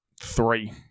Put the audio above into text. Three